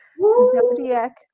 zodiac